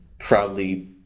Proudly